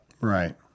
Right